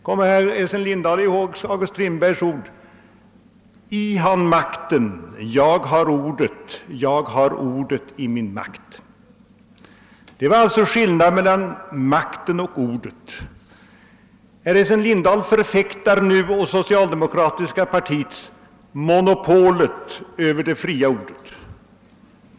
Kommer herr Essen Lindahl ihåg August Strindbergs ord: »I han makten, jag har ordet, Jag har ordet i min makt.» Det var alltså skillnaden mellan makten och ordet. Herr Essen Lindahl förfäktar på det socialdemokratiska partiets vägnar monopolet över det fria ordet.